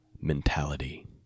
mentality